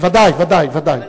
ודאי, ודאי, ודאי.